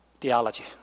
theology